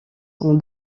son